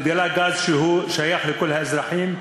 נתגלה גז ששייך לכל האזרחים,